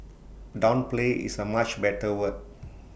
downplay is A much better word